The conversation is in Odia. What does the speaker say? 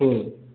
ହୁଁ